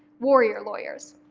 warrior lawyers.